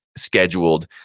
scheduled